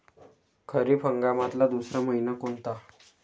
खरीप हंगामातला दुसरा मइना कोनता?